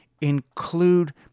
include